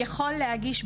יכול להגיש,